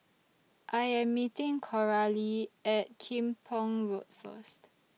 I Am meeting Coralie At Kim Pong Road First